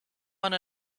one